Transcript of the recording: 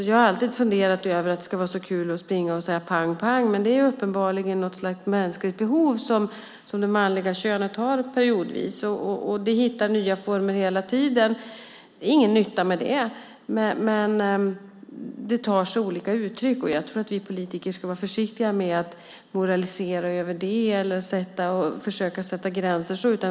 Jag har alltid funderat över hur det ska vara så kul att springa och säga: pang, pang. Men det är uppenbarligen något slags mänskligt behov som det manliga könet har periodvis. Det hittar hela tiden nya former. Det är ingen nytta med det, men det tar sig olika uttryck. Jag tror att vi politiker ska vara försiktiga med att moralisera över det eller försöka sätta gränser.